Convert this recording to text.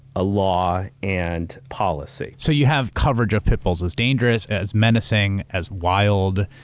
ah law, and policy. so you have coverage of pit bulls as dangerous, as menacing, as wild.